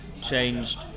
changed